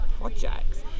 projects